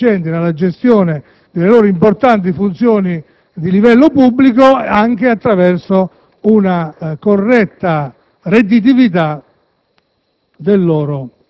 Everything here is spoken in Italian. e rendere autosufficienti nella gestione delle loro importanti funzioni di livello pubblico anche attraverso una corretta redditività